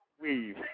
Weave